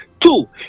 Two